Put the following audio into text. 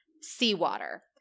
seawater